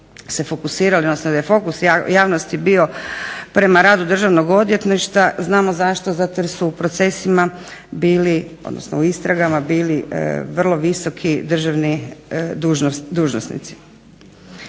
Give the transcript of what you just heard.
se fokusirali odnosno da je fokus javnosti bio prema radu Državnog odvjetništva. Znamo zašto, zato jer su u procesima bili, odnosno u istragama bili vrlo visoki državni dužnosnici.